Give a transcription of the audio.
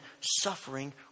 suffering